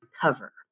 cover